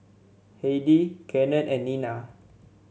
Heidi Cannon and Nina